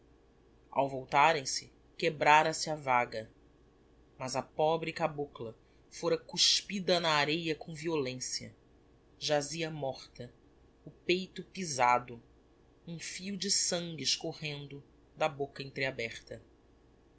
ao voltarem se quebrara se a vaga mas a pobre cabocla fôra cuspida na areia com violencia jazia morta o peito pisado um fio de sangue escorrendo da bocca